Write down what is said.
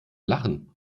lachen